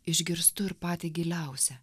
išgirstu ir patį giliausią